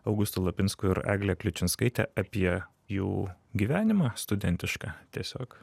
augustu lapinsku ir egle kliučinskaite apie jų gyvenimą studentišką tiesiog